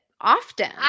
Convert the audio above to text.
often